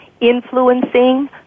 influencing